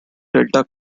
delta